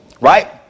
Right